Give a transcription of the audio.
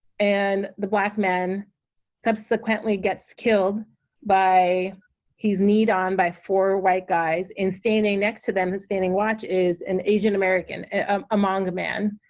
and the black man subsequently gets killed by he's kneed on by four white guys and standing next to them, and standing watch, is an asian american um a man,